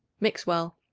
mix well.